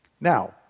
Now